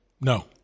No